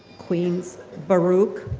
queens, baruch,